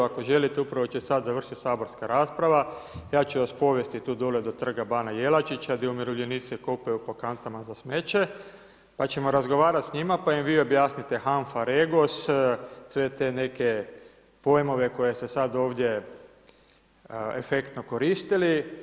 Evo, ako želite, upravo će sada završiti saborska rasprava, ja ću vas povesti tu dole do Trga bana Jelačića, gdje umirovljenici kopaju po kantama za smeće, pa ćemo razgovarati s njima, pa im vi objasnite HANFA, REGOS, sve te neke pojmove, koje ste sad ovdje efektno koristili.